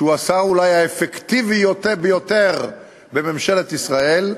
שהוא השר אולי האפקטיבי ביותר בממשלת ישראל,